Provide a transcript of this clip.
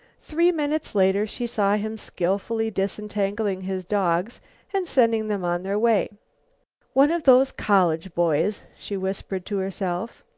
three minutes later she saw him skillfully disentangling his dogs and sending them on their way one of those college boys, she whispered to herself.